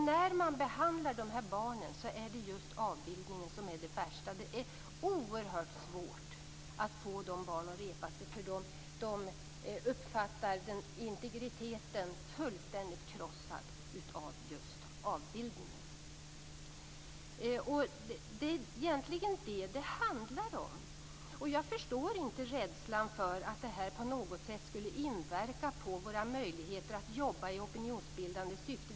När man behandlar de här barnen är det just avbildningen som är det värsta. Det är oerhört svårt att få dem att repa sig, eftersom de uppfattar sin integritet som fullständigt krossad av just avbildningen. Det är egentligen detta det handlar om. Jag förstår inte rädslan för att detta på något sätt skulle inverka på våra möjligheter att jobba i opinionsbildande syfte.